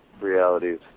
realities